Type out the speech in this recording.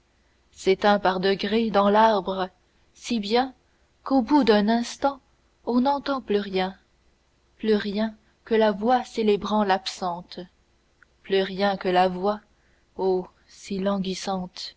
s'éteint par degrés dans l'arbre si bien qu'au bout d'un instant on n'entend plus rien plus rien que la voix célébrant l'absente plus rien que la voix